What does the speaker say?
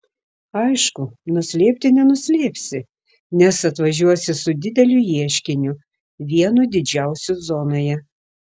aišku nuslėpti nenuslėpsi nes atvažiuosi su dideliu ieškiniu vienu didžiausių zonoje